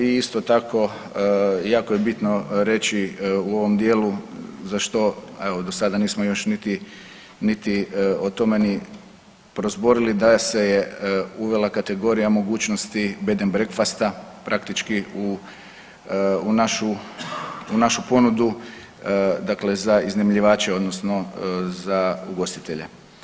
I isto tako jako je bitno reći u ovom dijelu za što evo do sada nismo još niti, niti o tome ni prozborili da se je uvela kategorija mogućnosti bed & breakfasta praktički u, u našu, u našu ponudu dakle za iznajmljivače odnosno za ugostitelje.